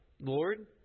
Lord